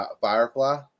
Firefly